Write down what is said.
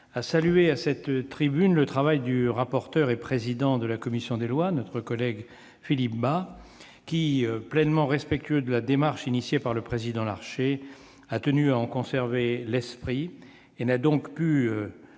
à saluer, à cette tribune, le travail du rapporteur et président de la commission des lois, notre collègue Philippe Bas, qui, pleinement respectueux de la démarche lancée par le président Gérard Larcher, a tenu à en conserver l'esprit et n'a donc pu